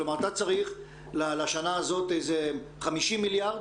כלומר, אתה צריך לשנה הזאת איזה 50 מיליארד